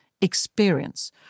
experience